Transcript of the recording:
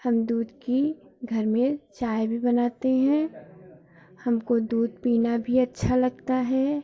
हम दूध की घर में चाय भी बनाते हैं हमको दूध पीना भी अच्छा लगता है